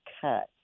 cut